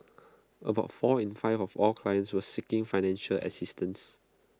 about four in five of all clients were seeking financial assistance